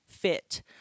fit